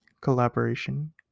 collaboration